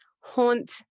haunt